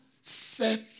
set